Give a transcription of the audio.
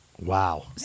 Wow